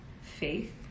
faith